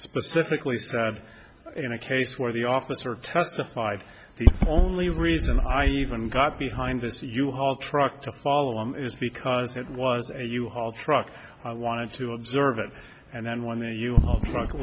specifically said in a case where the officer testified the only reason i even got behind this you haul truck to follow is because it was a u haul truck i wanted to observe it and then when they you